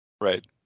Right